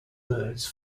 birds